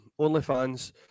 OnlyFans